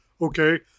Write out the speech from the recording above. Okay